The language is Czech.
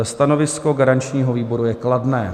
F25 stanovisko garančního výboru je kladné.